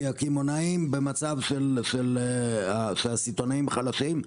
כי הקמעונאים במצב שהסיטונאים חלשים,